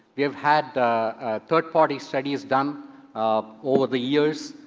we have had third-party studies done um over the years.